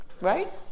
Right